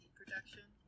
production